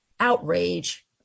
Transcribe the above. outrage